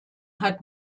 hat